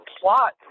plot